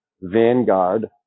vanguard